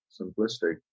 simplistic